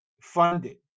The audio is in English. funded